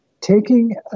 taking